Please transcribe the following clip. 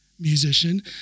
musician